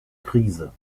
krise